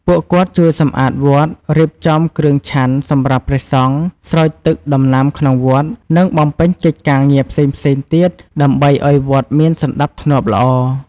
ពួកគាត់ជួយសំអាតវត្ត រៀបចំគ្រឿងឆាន់សម្រាប់ព្រះសង្ឃ ស្រោចទឹកដំណាំក្នុងវត្ត និងបំពេញកិច្ចការងារផ្សេងៗទៀតដើម្បីឱ្យវត្តមានសណ្ដាប់ធ្នាប់ល្អ។